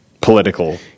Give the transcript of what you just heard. political